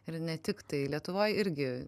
ir ne tiktai lietuvoj irgi